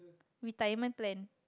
retirement plan